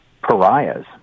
pariahs